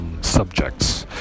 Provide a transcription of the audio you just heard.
subjects